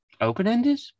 open-ended